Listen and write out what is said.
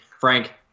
Frank